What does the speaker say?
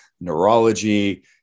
neurology